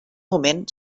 moment